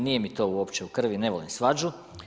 Nije mi to uopće u krvi, ne volim svađu.